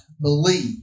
believe